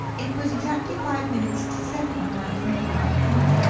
it was exactly five minutes to seven when i finished my accounts,